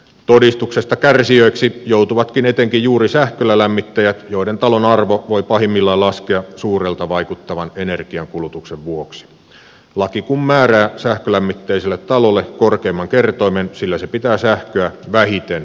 todistuksesta kärsijöiksi joutuvatkin etenkin juuri sähköllä lämmittäjät joiden talon arvo voi pahimmillaan laskea suurelta vaikuttavan energiankulutuksen vuoksi laki kun määrää sähkölämmitteiselle talolle korkeamman kertoimen sillä se pitää sähköä vähiten ympäristöystävällisenä vaihtoehtona